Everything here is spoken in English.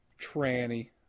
tranny